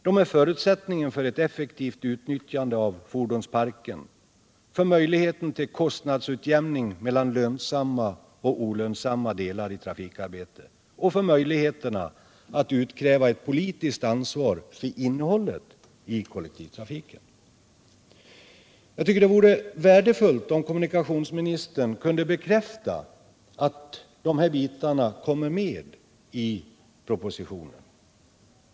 De är förutsättningen för ett effektivt utnyttjande av fordonsparken, för möjligheten till kostnadsutjämning mellan lönsamma och olönsamma delar i trafikarbetet och för möjligheterna att utkräva ett politiskt ansvar för innehållet i kollektivtrafiken. Jag tycker att det vore värdefullt om kommunikationsministern kunde bekräfta att de här bitarna kommer med i propositionen.